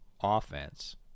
offense